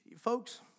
folks